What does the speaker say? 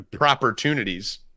opportunities